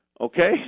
Okay